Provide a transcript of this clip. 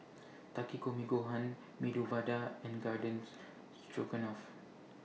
Takikomi Gohan Medu Vada and Gardens Stroganoff